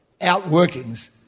outworkings